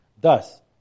Thus